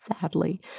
sadly